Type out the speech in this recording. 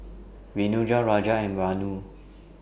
Raja and Vanu